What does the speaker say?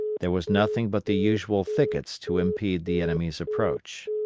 there was nothing but the usual thickets to impede the enemy's approach.